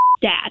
dad